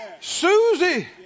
Susie